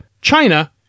China